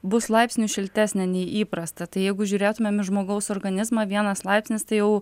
bus laipsniu šiltesnė nei įprasta tai jeigu žiūrėtumėm į žmogaus organizmą vienas laipsnis tai jau